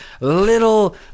little